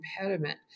impediment